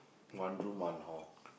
one room one hall